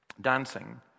dancing